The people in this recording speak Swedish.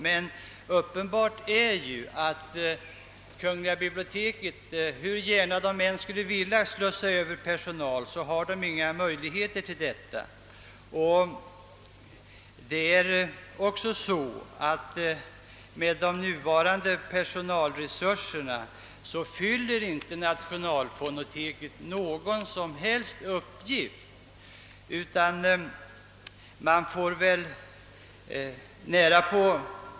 Men uppenbart är att hur gärna kungl. biblioteket än skulle vilja slussa över personal så finns inga möjligheter till detta. Med de nuvarande personalresurserna fyller inte nationalfonoteket någon som helst uppgift.